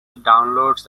downloads